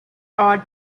are